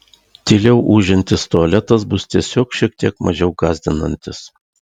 tyliau ūžiantis tualetas bus tiesiog šiek tiek mažiau gąsdinantis